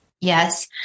Yes